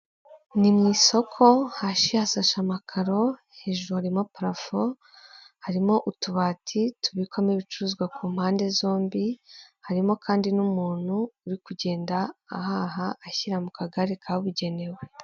Ni mu isoko hasi hasashe amakaro hejuru harimo parafo, harimo utubati tubikwamo ibicuruzwa ku mpande zombi, harimo kandi n'umuntu uri kugenda ahaha ashyira mu kagare kabugenewe.